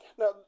Now